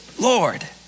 Lord